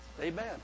Amen